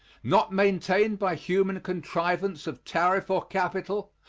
not maintained by human contrivance of tariff or capital,